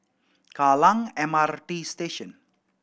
Kallang M R T Station